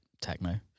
techno